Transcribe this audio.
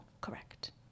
correct